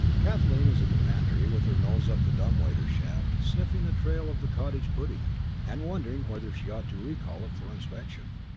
kathleen was in the pantry, with her nose up the dumb-waiter shaft, sniffing the trail of the cottage pudding and wondering whether she ought to recall it for inspection,